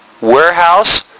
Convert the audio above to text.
warehouse